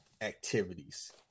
activities